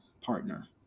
partner